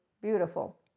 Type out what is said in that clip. beautiful